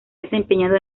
desempeñado